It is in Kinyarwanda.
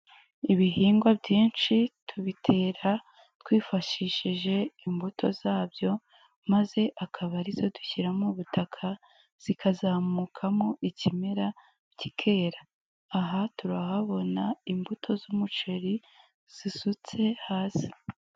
Ibihingwa byinshi tubitera twifashishije imbuto zabyo, maze akaba ari zo dushyira mu butaka zikazamukamo ikimera kikera, aha turahabona imbuto z'umuceri zisutse hasi.